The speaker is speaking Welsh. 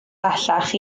bellach